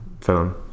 film